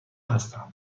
هستم